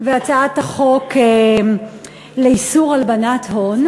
והצעת החוק לאיסור הלבנת הון.